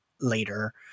later